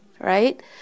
right